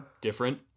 different